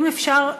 אם אפשר,